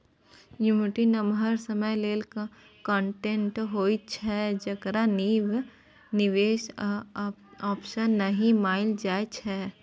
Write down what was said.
annuity नमहर समय लेल कांट्रेक्ट होइ छै जकरा नीक निबेश आप्शन नहि मानल जाइ छै